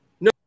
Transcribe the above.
No